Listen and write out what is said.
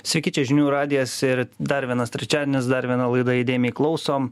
sveiki čia žinių radijas ir dar vienas trečiadienis dar viena laida įdėmiai klausom